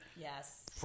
Yes